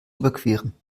überqueren